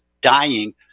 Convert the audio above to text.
dying